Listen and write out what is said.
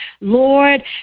Lord